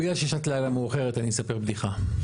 בגלל ששעת לילה מאוחרת אני אספר בדיחה.